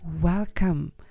welcome